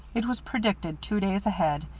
it was predicted two days ahead,